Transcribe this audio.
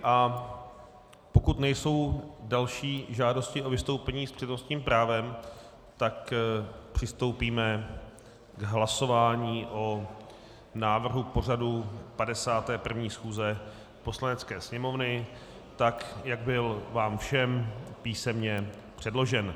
A pokud nejsou další žádosti o vystoupení s přednostním právem, tak přistoupíme k hlasování o návrhu pořadu 51. schůze Poslanecké sněmovny, tak jak byl vám všem písemně předložen.